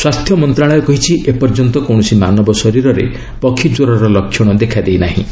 ସ୍ୱାସ୍ଥ୍ୟ ମନ୍ତ୍ରଣାଳୟ କହିଛି ଏପର୍ଯ୍ୟନ୍ତ କୌଣସି ମାନବ ଶରୀରରେ ପକ୍ଷୀ ଜ୍ୱରର ଲକ୍ଷ୍ୟଶ ଦେଖାଦେଇନାହିଁ